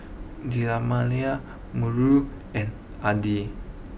Melur and Adi